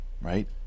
right